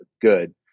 good